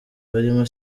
barimo